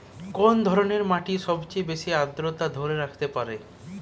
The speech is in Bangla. কোন ধরনের মাটি সবচেয়ে বেশি আর্দ্রতা ধরে রাখতে পারে?